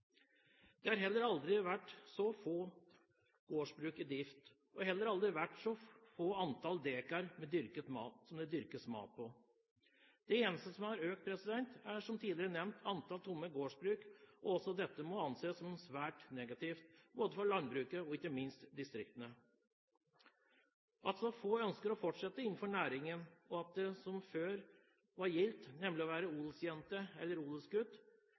Det har heller aldri vært så få gårdsbruk i drift, og det har heller aldri vært så få antall dekar som det dyrkes mat på. Det eneste som har økt, er, som tidligere nevnt, antall tomme gårdsbruk. Også dette må anses som svært negativt, både for landbruket og distriktene. At så få ønsker å fortsette innenfor næringen, og at det som før var gildt, nemlig å være odelsjente eller